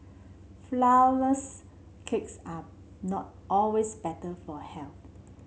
flourless cakes are not always better for health